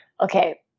Okay